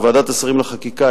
או ועדת השרים לחקיקה,